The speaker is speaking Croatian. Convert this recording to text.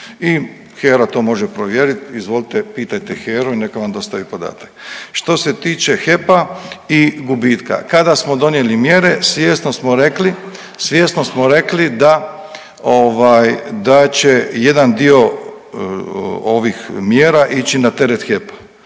I HERA to može provjeriti, izvolite pitajte HERU i neka vam dostavi podatak. Što se tiče HEP-a i gubitka. Kada smo donijeli mjere svjesno smo rekli, svjesno smo rekli da ovaj da će jedan dio ovih mjera ići na teret HEP-a.